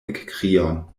ekkrion